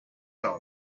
all